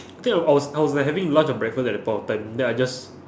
I think I was I was like having lunch or breakfast at that point of time then I just